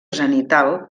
zenital